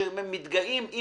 שהם מתגאים,